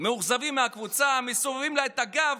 מאוכזבים מהקבוצה, מסובבים לה את הגב,